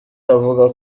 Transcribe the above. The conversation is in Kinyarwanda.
avuga